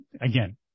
Again